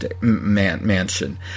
Mansion